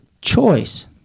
choice